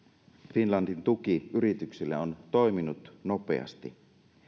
finlandin tuki yrityksille on toiminut nopeasti